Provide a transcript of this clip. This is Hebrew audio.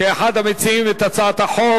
כאחד המציעים את הצעת החוק.